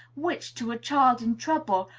which, to a child in trouble,